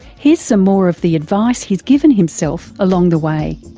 here's some more of the advice he's given himself along the way.